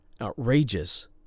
outrageous